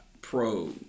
pro